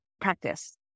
practice